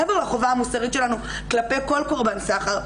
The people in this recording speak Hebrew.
מעבר לחובה המוסרית שלנו כלפי כל קורבן סחר,